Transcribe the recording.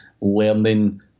learning